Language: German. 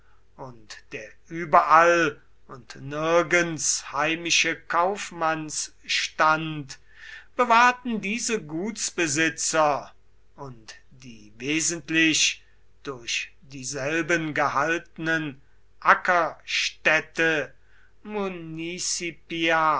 und der überall und nirgends heimische kaufmannsstand bewahrten diese gutsbesitzer und die wesentlich durch dieselben gehaltenen